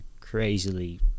crazily